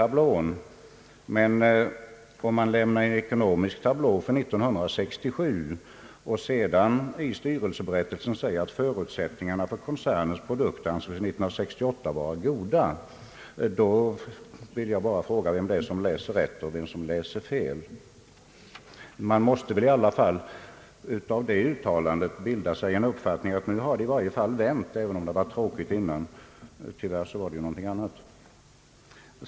Men skall man verkligen lämna en ekonomisk tablå för 1967 och sedan i styrelseberättelsen säga att förutsättningarna för koncernens produkter 1968 får anses vara goda? Jag vill bara fråga vem det är som läser rätt och vem det är som läser fel. Man måste väl av det uttalandet få den uppfattningen att utsikterna hade vänt även om de tidigare varit besvärliga. Tyvärr var förhållandet ett annat.